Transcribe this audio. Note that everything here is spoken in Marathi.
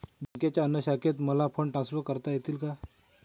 बँकेच्या अन्य शाखेत मला फंड ट्रान्सफर करता येईल का?